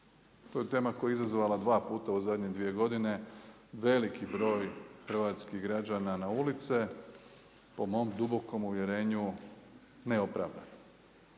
To je tema koja je izazvala dva puta u zadnje dvije godine veliki broj hrvatskih građana na ulice po mom dubokom uvjerenju neopravdano.